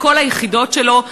על כל היחידות שלו,